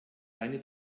keine